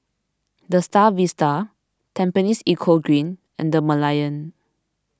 the Star Vista Tampines Eco Green and the Merlion